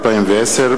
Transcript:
2010,